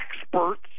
Experts